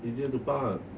easier to park